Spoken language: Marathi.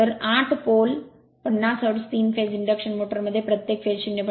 तर 8 पोल 50 हर्ट्ज 3 फेज इंडक्शन मोटरमध्ये प्रत्येक फेज 0